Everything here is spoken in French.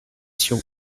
sur